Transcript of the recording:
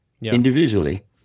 individually